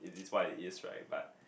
it is what it is right but